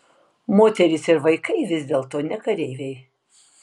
moterys ir vaikai vis dėlto ne kareiviai